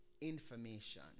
information